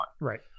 Right